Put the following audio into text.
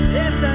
yes